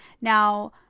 Now